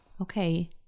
Okay